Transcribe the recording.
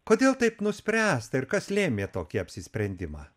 kodėl taip nuspręsta ir kas lėmė tokį apsisprendimą